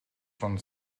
von